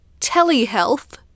telehealth